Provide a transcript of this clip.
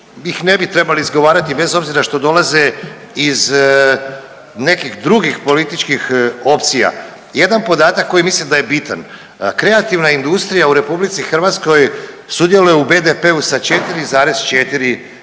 ih ne bi trebali izgovarati bez obzira što dolaze iz nekih drugih političkih opcija. Jedan podatak koji mislim da je bitan. Kreativna industrija u RH sudjeluje u BDP-u sa 4,4%